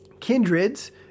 Kindreds